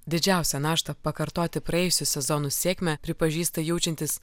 didžiausią naštą pakartoti praėjusių sezonų sėkmę pripažįsta jaučiantys